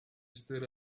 stood